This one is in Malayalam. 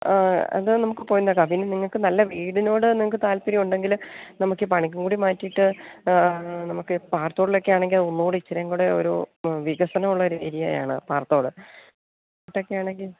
ആ അത് നമുക്ക് പോയി നോക്കാം പിന്നെ നിങ്ങൾക്ക് നല്ല വീടിനോട് നിങ്ങൾക്ക് താൽപര്യം ഉണ്ടെങ്കില് നമുക്ക് ഈ പണിക്കംകുടി മാറ്റിയിട്ട് നമുക്ക് പാറത്തോടുള്ളതൊക്കെ ആണെങ്കിൽ ഒന്നു കൂടി ഇച്ചിരിയും കൂടെ ഒരു വികസനം ഉള്ള ഒരു ഏരിയ ആണ് പാറത്തോട് അങ്ങോട്ടൊക്കെ ആണെങ്കിൽ